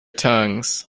tongues